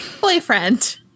Boyfriend